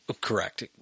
Correct